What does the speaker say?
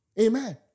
Amen